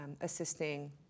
assisting